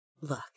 Look